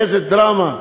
איזה דרמה.